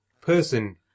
person